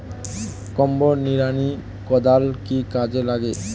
Combo নিড়ানি কোদাল কি কাজে লাগে?